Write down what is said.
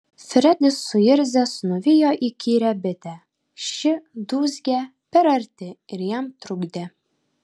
fredis suirzęs nuvijo įkyrią bitę ši dūzgė per arti ir jam trukdė